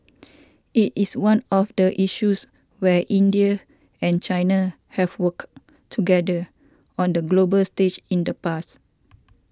it is one of the issues where India and China have worked together on the global stage in the past